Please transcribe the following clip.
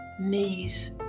knees